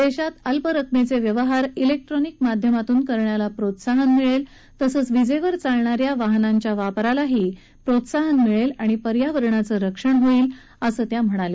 देशात अल्परकमेचे व्यवहार इलेक्ट्रॉनिक माध्यमातून करण्याला प्रोत्साहन मिळेल तसंच विजेवर चालणा या वाहनांच्या वापरालाही प्रोत्साहन मिळेल आणि पर्यावरणाचं रक्षण होईल असं त्या म्हणाल्या